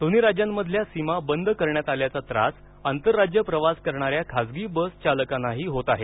दोन्ही राज्यांमधील सीमा बंद करण्यात आल्याचा त्रास आंतरराज्य प्रवास करणाऱ्या खासगी बस चालकांनाही होत आहे